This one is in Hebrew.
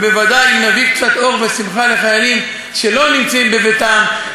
בוודאי אם נביא קצת אור ושמחה לחיילים שלא נמצאים בביתם,